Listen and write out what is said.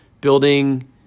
building